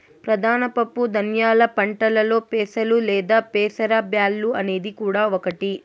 ప్రధాన పప్పు ధాన్యాల పంటలలో పెసలు లేదా పెసర బ్యాల్లు అనేది కూడా ఒకటి